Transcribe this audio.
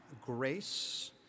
Grace